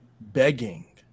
begging